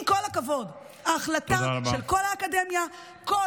עם כל הכבוד: החלטה של כל האקדמיה שכל